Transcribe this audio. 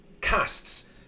casts